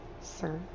sir